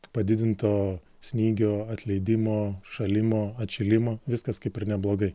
padidinto snygio atleidimo šalimo atšilimo viskas kaip ir neblogai